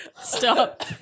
Stop